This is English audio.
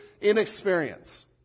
inexperience